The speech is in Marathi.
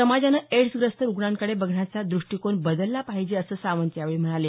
समाजानं एड्सग्रस्त रुग्णांकडे बघण्याचा दृष्टीकोन बदलला पाहिजे असं सावंत यावेळी म्हणाले